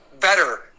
better